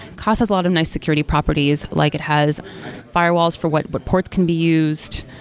cost has a lot of nice security properties. like it has firewalls for what but port can be used.